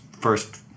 first